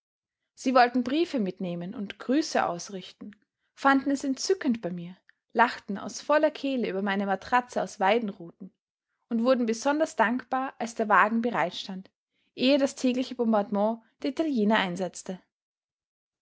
sie wollten briefe mitnehmen und grüße ausrichten fanden es entzückend bei mir lachten aus voller kehle über meine matratze aus weidenruten und wurden besonders dankbar als der wagen bereit stand ehe das tägliche bombardement der italiener einsetzte